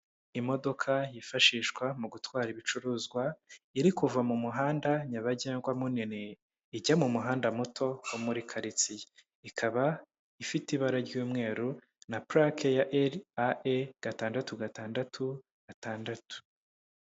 Imodoka yifashishwa mu gutwara ibicuruzwa iri kuva mu muhanda nyabagendwa munini ijya mu muhanda muto wo muri karitsiye. Ikaba ifite ibara ry'umweru na plake ya RAE gatandatu gatandatu gatandatu.